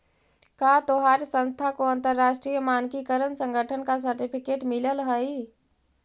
का तोहार संस्था को अंतरराष्ट्रीय मानकीकरण संगठन का सर्टिफिकेट मिलल हई